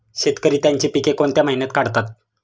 शेतकरी त्यांची पीके कोणत्या महिन्यात काढतात?